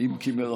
אם כי מרחוק.